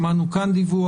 שמענו כאן דיווח.